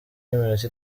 y’iminota